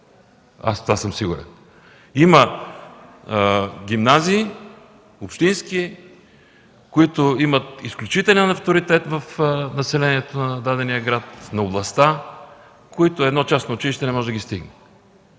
Аз в това съм сигурен. Има гимназии – общински, които имат изключителен авторитет сред населението на даден град, в областта, които едно частно училище не може да ги стигне.